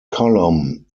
column